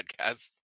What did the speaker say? podcast